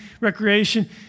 recreation